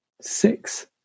Six